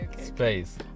space